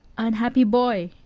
unhappy boy!